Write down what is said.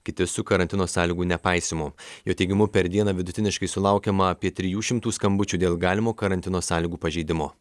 kiti su karantino sąlygų nepaisymu jo teigimu per dieną vidutiniškai sulaukiama apie trijų šimtų skambučių dėl galimo karantino sąlygų pažeidimo